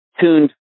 tuned